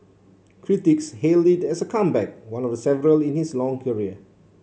critics hailed it as a comeback one of the several in his long career